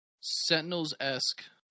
Sentinels-esque